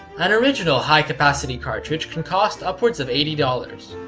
an original high-capacity cartridge can costs upwards of eighty dollars.